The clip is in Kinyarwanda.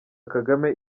kagame